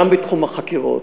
גם בתחום החקירות,